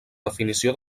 definició